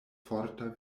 forta